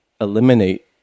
eliminate